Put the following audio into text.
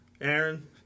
Aaron